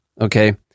Okay